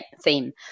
theme